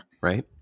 Right